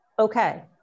Okay